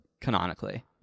canonically